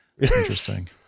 Interesting